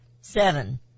Seven